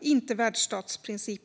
inte värdstatsprincipen.